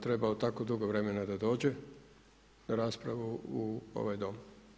trebao tako dugo vremena da dođe na raspravu u ovaj Dom.